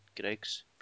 Greg's